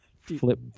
Flip